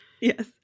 Yes